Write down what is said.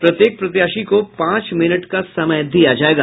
प्रत्येक प्रत्याशी को पांच मिनट का समय दिया जायेगा